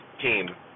team